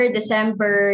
December